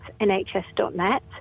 nhs.net